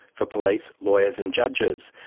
for police, lawyers and judges.